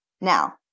Now